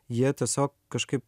jie tiesiog kažkaip